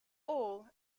all